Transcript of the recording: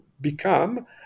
become